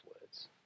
words